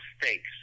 mistakes